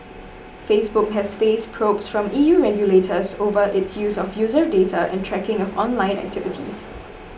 Facebook has faced probes from E U regulators over its use of user data and tracking of online activities